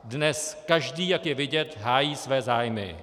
Dnes každý, jak je vidět, hájí své zájmy.